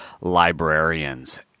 librarians